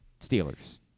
Steelers